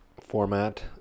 format